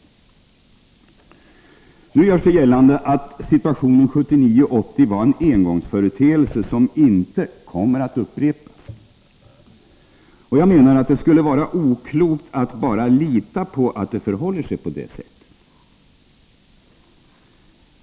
Nu görs det gällande att situationen 1979 och 1980 var en engångsföreteelse och inte kommer att upprepas. Jag menar att det skulle vara oklokt att bara lita på att det förhåller sig på det sättet.